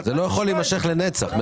זה לא יכול להימשך לנצח.